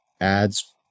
ads